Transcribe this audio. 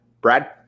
Brad